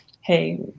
Hey